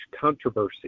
controversy